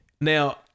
Now